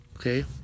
okay